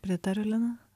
pritariu lina